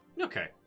Okay